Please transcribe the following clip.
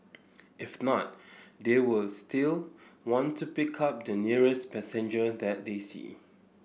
if not they will still want to pick up the nearest passenger that they see